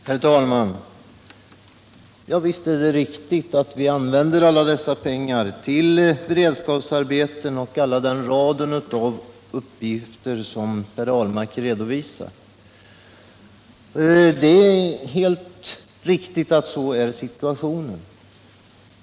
Herr talman! Visst är det riktigt att vi använder alla dessa pengar till beredskapsarbeten och hela den rad av uppgifter som Per Ahlmark redovisade — så är situationen.